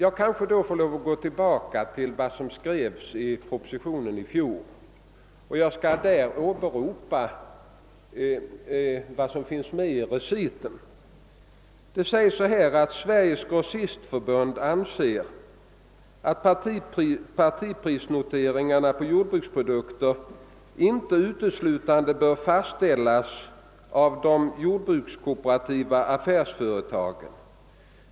Då kanske jag får erinra om vad som skrevs i reciten till fjolårets proposition: >Sveriges grossistförbund anser att partiprisnoteringarna på jordbruksprodukter inte uteslutande bör fastställas av de jordbrukskooperativa affärsföretagen.